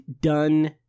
done